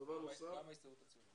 וההסתדרות הציונית.